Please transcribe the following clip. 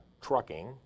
trucking